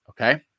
Okay